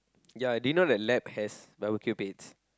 ya did you know that lab has barbecue beds